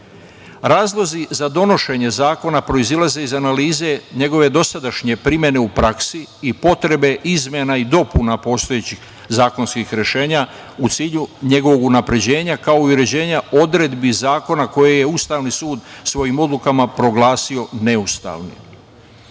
Razlozi za donošenje zakona proizilaze iz analize njegove dosadašnje primene u praksi i potrebe izmena i dopuna na postojeća zakonska rešenja u cilju njegovog unapređenja, kao i uređenja odredbi zakona koje je Ustavni sud svojim odlukama proglasio neustavnim. Kako